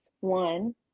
one